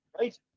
Right